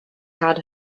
had